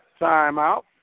timeout